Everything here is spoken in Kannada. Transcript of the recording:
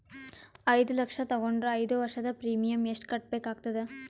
ಐದು ಲಕ್ಷ ತಗೊಂಡರ ಐದು ವರ್ಷದ ಪ್ರೀಮಿಯಂ ಎಷ್ಟು ಕಟ್ಟಬೇಕಾಗತದ?